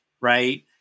right